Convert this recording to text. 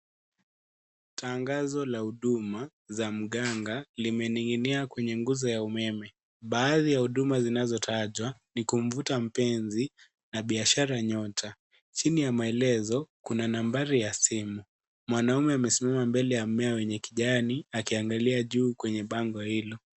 Tangazo la huduma za mganga limening'inia kwenye nguzo ya umeme. Baadhi ya huduma zinazotajwa nikumvuta mpenzi na biashara nyota. Chini ya maelezo kuna nambari ya simu. Mwanaume amesimama mbele ya mmea wenye kijani akiangalia juu kwenye bango hilo.